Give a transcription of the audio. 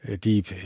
deep